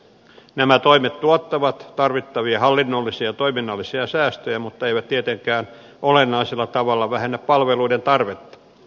nämä toimet tuottavat tarvittavia hallinnollisia ja toiminnallisia säästöjä mutta eivät tietenkään olennaisella tavalla vähennä palveluiden tarvetta